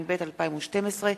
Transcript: התשע"ב 2012,